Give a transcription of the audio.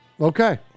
Okay